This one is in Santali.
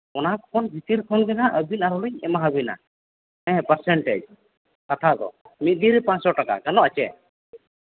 ᱚᱱᱟ ᱠᱷᱚᱱ ᱵᱷᱤᱛᱤᱨ ᱠᱷᱚᱱ ᱜᱮ ᱦᱟᱸᱜ ᱟᱹᱵᱤᱱ ᱟᱨᱦᱚᱸ ᱞᱤᱧ ᱮᱢᱟ ᱟᱹᱵᱤᱱᱟ ᱦᱮᱸ ᱯᱟᱨᱥᱮᱱᱴᱮᱡᱽ ᱠᱟᱛᱷᱟ ᱫᱚ ᱢᱤᱫ ᱫᱤᱱ ᱨᱮ ᱯᱟᱥᱥᱚ ᱴᱟᱠᱟ ᱜᱟᱱᱚᱜᱼᱟ ᱥᱮ